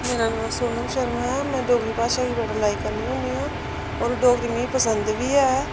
मेरा नांऽ सोनम शर्मा ऐ में डोगरी भाशा गी बड़ा लाइक करनी होन्नी आं और डोगरी मी पसंद बी ऐ